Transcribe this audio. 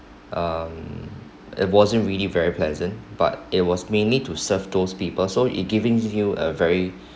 um it wasn't really very pleasant but it was mainly to serve those people so it giving view a very